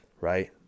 right